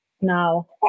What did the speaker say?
Now